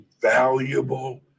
valuable